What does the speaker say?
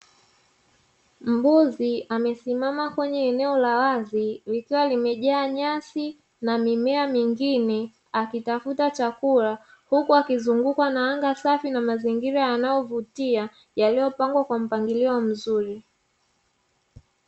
Mbuzi amesimama kwenye eneo la wazi likiwa limejaa nyasi na mimea mingine akitafuta chakula huku akizungukwa na anga safi na mazingira yanayovutia yaliyopangwa kwa mpangilio mzuri.